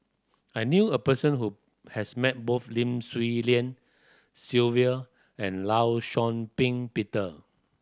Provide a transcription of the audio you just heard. I knew a person who has met both Lim Swee Lian Sylvia and Law Shau Ping Peter